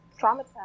traumatized